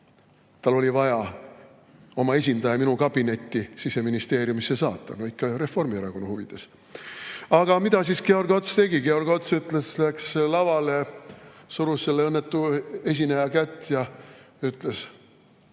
tal oli vaja oma esindaja minu kabinetti Siseministeeriumisse saata? Ikka Reformierakonna huvides. Aga mida siis Georg Ots tegi? Georg Ots läks lavale, surus selle õnnetu esineja kätt ja ütles: